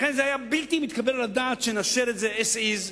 לכן זה היה בלתי מתקבל על הדעת שנאשר את זה as is,